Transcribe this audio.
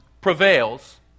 prevails